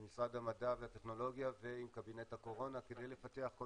עם משרד המדע והטכנולוגיה ועם קבינט הקורונה כדי לפתח כל